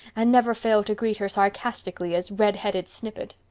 and never failed to greet her sarcastically as redheaded snippet.